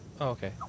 Okay